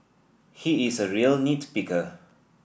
he is a real nit picker